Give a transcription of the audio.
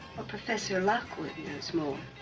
ah professor lockwood knows more